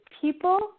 people